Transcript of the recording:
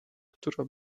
która